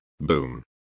Boom